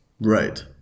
Right